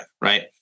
right